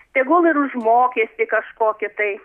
tegul ir už mokėsį kažkokį tai